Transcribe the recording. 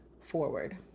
forward